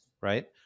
right